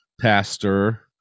pastor